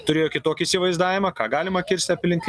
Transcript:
turėjo kitokį įsivaizdavimą ką galima kirsti aplink